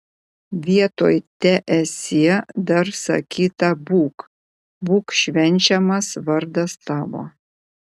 vietoj teesie dar sakyta būk būk švenčiamas vardas tavo